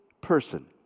person